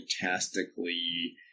fantastically